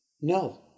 No